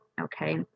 okay